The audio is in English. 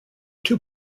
two